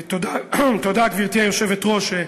גברתי היושבת-ראש,